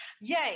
yay